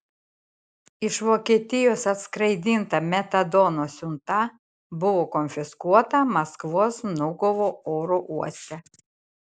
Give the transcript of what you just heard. iš vokietijos atskraidinta metadono siunta buvo konfiskuota maskvos vnukovo oro uoste